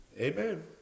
Amen